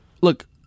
look